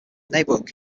neighborhood